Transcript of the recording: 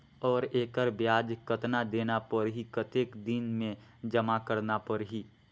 और एकर ब्याज कतना देना परही कतेक दिन मे जमा करना परही??